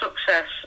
success